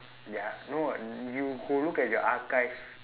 ya no you go look at your archive